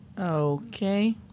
Okay